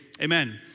amen